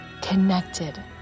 connected